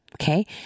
Okay